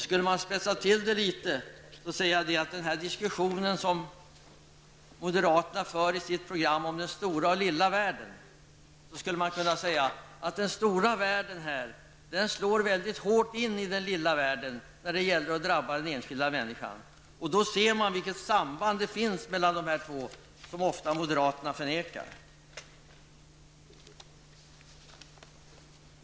Vill man spetsa till det litet, kan man säga i anslutning till det resonemang som moderaterna för i sitt program om den stora och den lilla världen, att här slår den stora världen väldigt hårt in i den lilla världen, och då ser man sambandet mellan de två världarna, som moderaterna ofta förnekar.